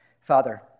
Father